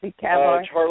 Charlie